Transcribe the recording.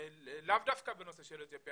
לאו דווקא בנושא של יוצאי אתיופיה.